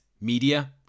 media